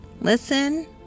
listen